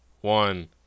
one